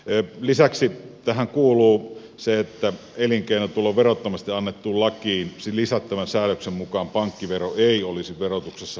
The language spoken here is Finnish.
lisäksi tähän kuuluu se että elinkeinotulon verottamisesta annettuun lakiin lisättävän säädöksen mukaan pankkivero ei olisi verotuksessa vähennyskelpoinen erä